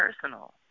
personal